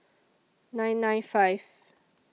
nine nine five